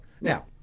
Now